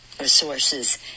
resources